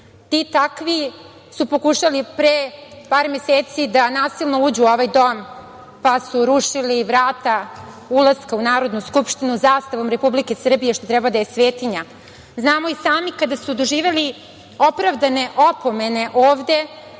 takvi su pokušali pre par meseci da nasilno uđu u ovaj dom, pa su rušili vrata ulaska u Narodnu skupštinu zastavom Republike Srbije, što treba da je svetinja. Znamo i sami, kada su doživeli opravdane opomene ovde